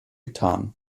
getan